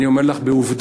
אני אומר לך בעובדות,